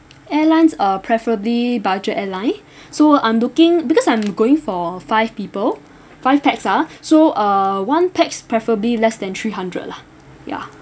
airlines uh preferably budget airline so I'm looking because I'm going for five people five pax ah so uh one pax preferably less than three hundred lah ya